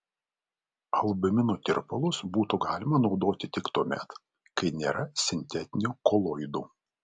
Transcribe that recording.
albumino tirpalus būtų galima naudoti tik tuomet kai nėra sintetinių koloidų